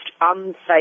unsafe